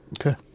Okay